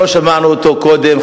שלא שמענו אותו קודם,